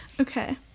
Okay